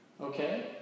Okay